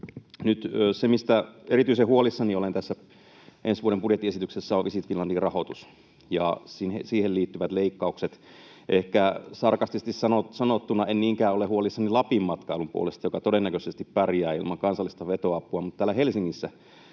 Se, mistä erityisen huolissani olen tässä ensi vuoden budjettiesityksessä, on Visit Finlandin rahoitus ja siihen liittyvät leikkaukset. Ehkä sarkastisesti sanottuna en niinkään ole huolissani Lapin matkailun puolesta, joka todennäköisesti pärjää ilman kansallista vetoapua, mutta täällä Helsingissä